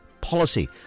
Policy